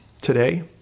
today